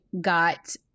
got